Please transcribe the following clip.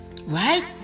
Right